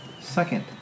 Second